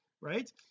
right